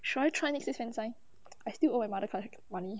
should I try next week fan sign I still own my mother collect money